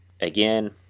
again